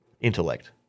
Intellect